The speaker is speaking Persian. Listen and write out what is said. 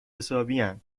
حسابین